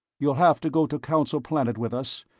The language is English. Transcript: you'll have to go to council planet with us,